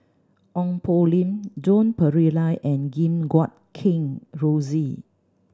Ong Poh Lim Joan Pereira and Gim Guat Kheng Rosie